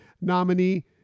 nominee